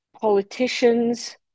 politicians